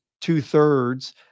two-thirds